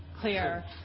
clear